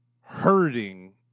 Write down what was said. hurting